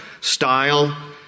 Style